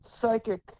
psychic